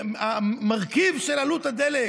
המרכיב של עלות הדלק,